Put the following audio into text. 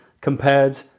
compared